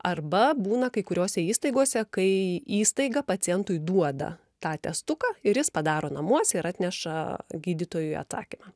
arba būna kai kuriose įstaigose kai įstaiga pacientui duoda tą testuką ir jis padaro namuose ir atneša gydytojui atsakymą